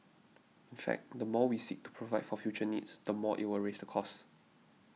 in fact the more we seek to provide for future needs the more it will raise the cost